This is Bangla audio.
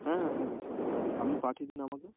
হ্যাঁ হ্যাঁ হ্যাঁ হ্যাঁ স্যার আপনি পাঠিয়ে দিন আমাকে